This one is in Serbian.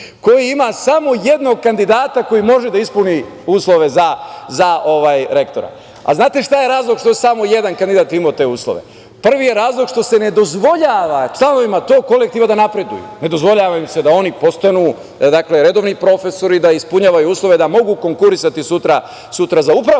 koji ima samo jednog kandidata koji može da ispuni uslove za ovaj rektorat? Znate šta je razlog što samo jedan kandidat nije imao te uslove? Prvi je razlog što se ne dozvoljava članovima tog kolektiva da napreduju, ne dozvoljava im se da oni postanu redovni profesori, da ispunjavaju uslove da mogu konkurisati sutra za upravu,